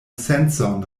sencon